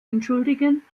entschuldigen